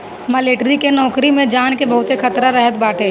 military के नोकरी में जान के बहुते खतरा रहत बाटे